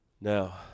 Now